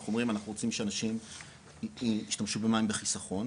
אנחנו אומרים שהאנשים ישתמשו במים בחיסכון,